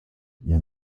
ihr